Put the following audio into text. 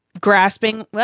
grasping